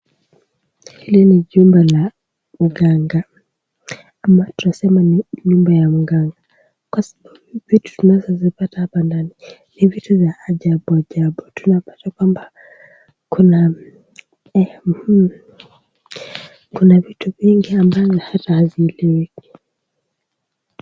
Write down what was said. Hii ni chumba la mganga ama tunasema ni nyumba ya mganga kwa sababu vitu tunavyopata hapa ndani ni vitu vya ajabu ajabu. Tunapata ya kwamba kuna vitu vingi ambayo hazieleweki.